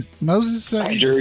Moses